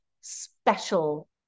special